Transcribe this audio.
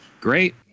Great